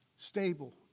stable